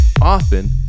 often